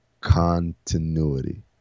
continuity